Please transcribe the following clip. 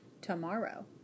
tomorrow